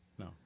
No